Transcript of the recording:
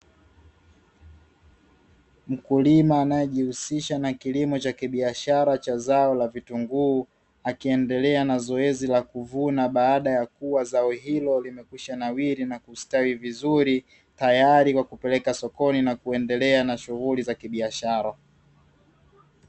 Mkulima anayejihusisha kilimo cha kibiashara cha zao la vitunguu, akiendelea na zoezi la kuvuna baada ya kuwa zao hilo limekwishanawiri na kustawi vizuri, tayari kwa kupeleka sokoni na kuendelea na shughuli za kibiashara.